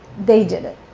they did it.